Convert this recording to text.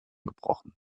gebrochen